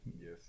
Yes